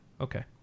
okay